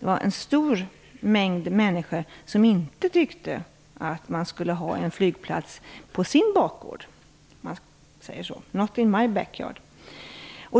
fanns en stor mängd människor som inte tyckte att det skull vara en flygplats på deras bakgård - "not in my backyard".